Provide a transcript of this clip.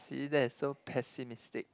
see that is so pessimistic